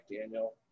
Daniel